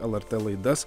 lrt laidas